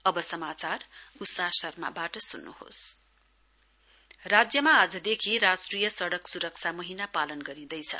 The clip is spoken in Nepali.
ट्रान्सपोर्ट राज्यमा आजदेखि राष्ट्रिय सडक स्रक्षा महीना पालन गरिँदैछ